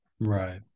Right